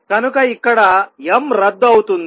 కనుక ఇక్కడ m రద్దు అవుతుంది